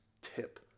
tip